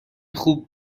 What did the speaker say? خوب